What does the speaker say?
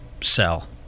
sell